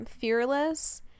fearless